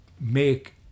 make